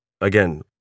again